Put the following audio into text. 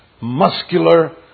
muscular